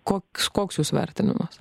koks koks jūsų vertinimas